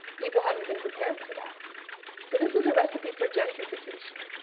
people haven't been prepared for that. so this is a recipe for gentrification.